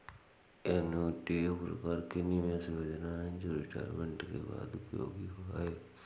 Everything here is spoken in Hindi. एन्युटी एक प्रकार का निवेश योजना है जो रिटायरमेंट के बाद उपयोगी है